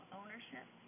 ownership